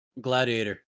Gladiator